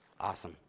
Awesome